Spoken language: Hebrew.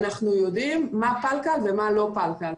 אנחנו יודעים מה פלקל ומה לא פלקל.